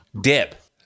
dip